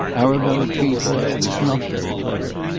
arabella trefoil was not very clever,